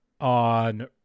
on